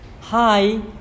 Hi